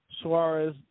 Suarez